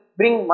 bring